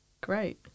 Great